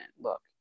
look